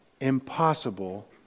impossible